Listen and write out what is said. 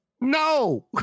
no